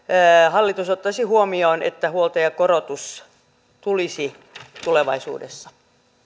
hallitus ottaisi huomioon että huoltajakorotus tulisi tulevaisuudessa